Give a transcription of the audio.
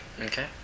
Okay